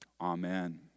Amen